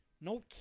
No